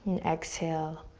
and exhale,